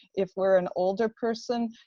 if we're an older person,